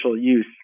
use